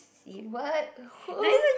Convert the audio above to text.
what who